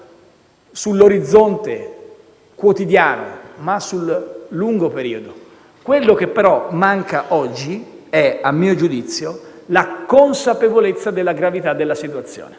sull'orizzonte quotidiano, ma sul lungo periodo. Quello che però manca oggi è, a mio giudizio, la consapevolezza della gravità della situazione.